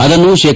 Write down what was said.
ಅದನ್ನು ಶೇ